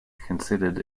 considered